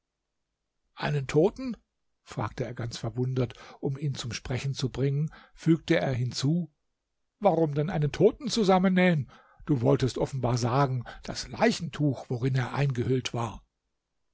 einen toten fragte er ganz verwundert und um ihn zum sprechen zu bringen fügte er hinzu warum denn einen toten zusammennähen du wolltest offenbar sagen das leichentuch worin er eingehüllt war